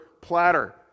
platter